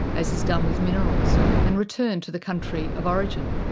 as is done with minerals, and returned to the country of origin.